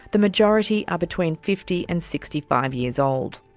the majority are between fifty and sixty five years old.